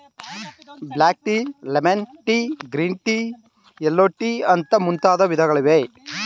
block tea, lemon tea, green tea, yellow tea ಅಂತ ಮುಂತಾದ ವಿಧಗಳಿವೆ